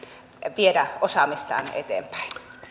viedä osaamistaan eteenpäin